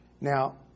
Now